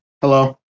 Hello